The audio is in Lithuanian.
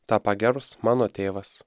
tą pagerbs mano tėvas